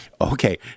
okay